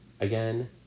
again